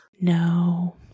No